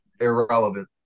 irrelevant